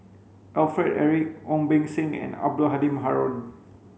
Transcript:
Alfred Eric Ong Beng Seng and Abdul Halim Haron